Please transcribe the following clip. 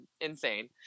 insane